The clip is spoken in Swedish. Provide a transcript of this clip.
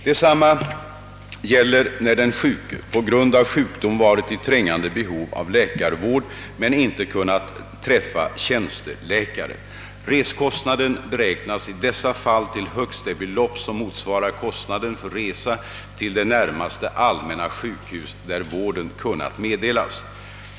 Detsamma gäller när den sjuke på grund av sjukdom varit i trängande behov av läkarvård men inte kunnat träffa tjänsteläkaren. Resekostnaden beräknas i dessa fall till högst det belopp som motsvarar kostnaden för resa till det närmaste allmänna sjukhus där vården kunnat meddelas.